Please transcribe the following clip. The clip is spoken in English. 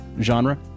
genre